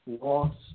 lost